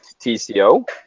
TCO